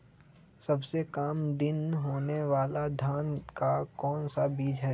सबसे काम दिन होने वाला धान का कौन सा बीज हैँ?